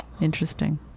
Interesting